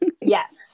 Yes